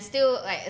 still like